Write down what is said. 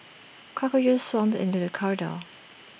cockroaches swarmed into the corridor